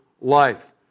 life